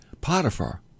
Potiphar